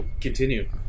Continue